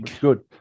Good